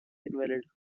invalid